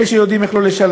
אלה שיודעים איך לא לשלם.